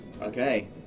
Okay